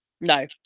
No